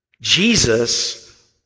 Jesus